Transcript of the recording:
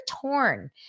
torn